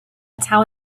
tell